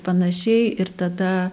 panašiai ir tada